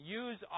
use